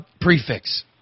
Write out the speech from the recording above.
prefix